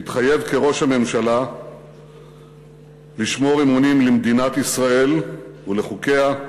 מתחייב כראש הממשלה לשמור אמונים למדינת ישראל ולחוקיה,